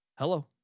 Hello